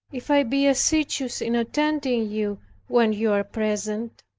if i be assiduous in attending you when you are present?